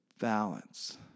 balance